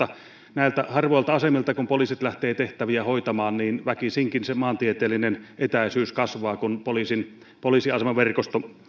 näiltä harvoilta asemilta kun poliisit lähtevät tehtäviä hoitamaan väkisinkin se maantieteellinen etäisyys kasvaa kun poliisiasemaverkosto